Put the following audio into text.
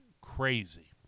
crazy